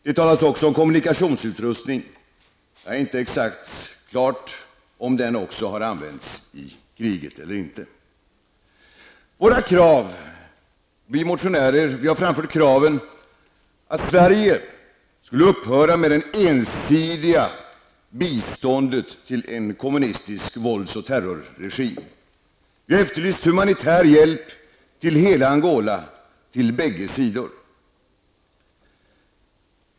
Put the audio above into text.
Det talas också om kommunikationsutrustning, men jag har inte exakt klart för mig om den har använts i kriget eller inte. Vi motionärer har fört fram krav på att Sverige skall upphöra med det ensidiga biståndet till en kommunistisk vålds och terrorregim. Vi har efterlyst humanitär hjälp till hela Angola, till bägge sidor.